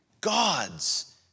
God's